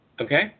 Okay